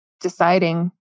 deciding